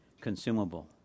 consumable